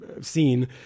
seen